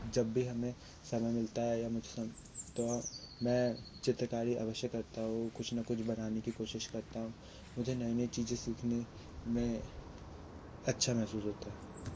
जब भी हमें समय मिलता है या मुझे तो मैं चित्रकारी अवश्य करता हूँ कुछ ना कुछ बनाने की कोशिश करता हूँ मुझे नहीं नहीं चीज़ें सीखने में अच्छा महसूस होता है